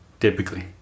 typically